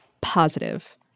positive